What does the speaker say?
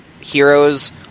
heroes